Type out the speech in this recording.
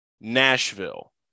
Nashville